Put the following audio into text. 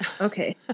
okay